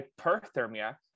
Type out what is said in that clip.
hyperthermia